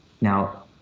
Now